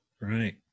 Right